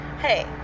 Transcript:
hey